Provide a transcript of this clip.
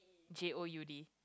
J O U D